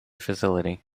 facility